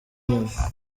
nyuma